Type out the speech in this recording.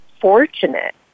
fortunate